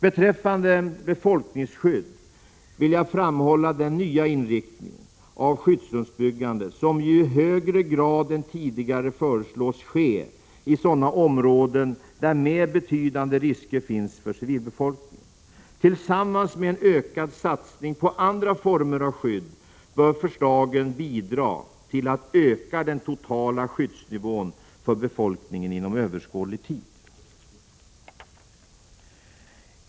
Beträffande befolkningsskydd vill jag framhålla den nya inriktningen av skyddsrumsbyggande, som i högre grad än tidigare föreslås ske i sådana områden där mer betydande risker finns för civilbefolkningen. Tillsammans med en ökad satsning på andra former av skydd bör förslagen bidra till att öka den totala skyddsnivån för befolkningen inom överskådlig tid.